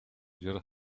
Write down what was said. your